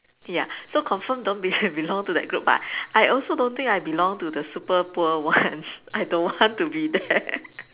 ya so confirm don't be~ belong to that group but I also don't think I belong to the super poor ones I don't want to be there